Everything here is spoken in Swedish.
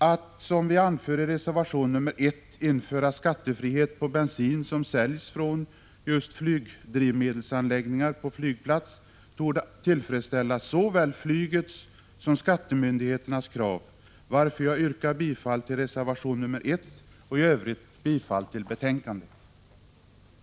Att, som vi anför i reservation nr 1, införa skattefrihet på bensin som säljs från flygdrivmedelsanläggningar på flygplats torde tillfredsställa såväl flygets som skattemyndigheternas krav, varför jag yrkar bifall till reservation nr 1 och i övrigt bifall till utskottets hemställan.